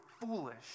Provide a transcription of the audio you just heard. foolish